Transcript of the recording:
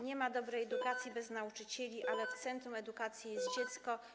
Nie ma dobrej edukacji bez nauczycieli, ale w centrum edukacji jest dziecko.